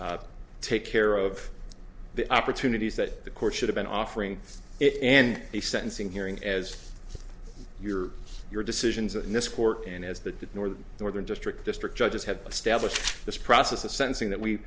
take care of the opportunities that the court should have been offering it and the sentencing hearing as your your decisions and this court and as the northern northern district district judges have established this process of sensing that we